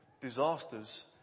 disasters